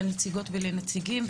לנציגות ולנציגים,